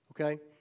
Okay